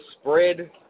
spread